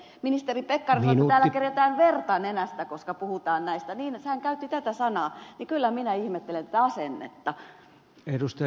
ministeri pekkarinen sanoi että täällä kerjätään verta nenästä koska puhutaan tästä hän käytti tätä sanaa niin että kyllä minä ihmettelen tätä asen netta